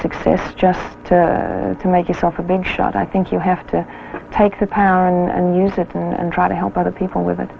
success just to make yourself a been shot i think you have to take the power and use it and try to help other people with it